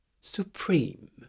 supreme